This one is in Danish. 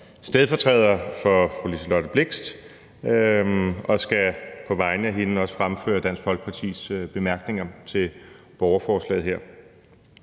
stedfortræder for fru Liselott Blixt og skal på vegne af hende også fremføre Dansk Folkepartis bemærkninger til borgerforslaget her.